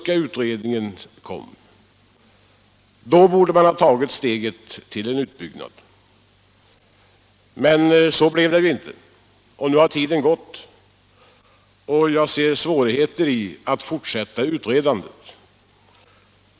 Det borde man ha gjort redan då den s.k. Godlundska utredningen lades fram. Men så blev det inte, och nu har tiden gått. Jag anser att det är svårigheter förenade med att fortsätta utredandet.